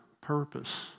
purpose